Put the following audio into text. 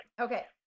Okay